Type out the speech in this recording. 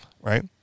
Right